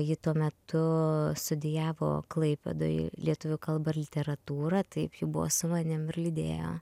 ji tuo metu studijavo klaipėdoj lietuvių kalbą ir literatūrą taip ji buvo su manim ir lydėjo